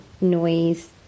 noise